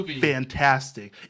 fantastic